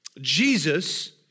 Jesus